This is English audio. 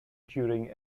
during